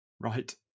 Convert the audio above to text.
Right